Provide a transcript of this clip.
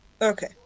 Okay